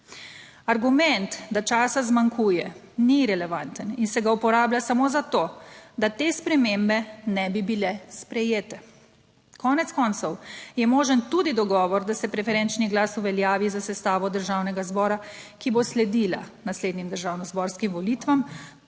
Argument, da časa zmanjkuje, ni relevanten in se ga uporablja samo zato, da te spremembe ne bi bile sprejete. Konec koncev je možen tudi dogovor, da se preferenčni glas uveljavi za sestavo Državnega zbora, ki bo sledila naslednjim državnozborskim volitvam.